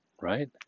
right